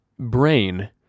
brain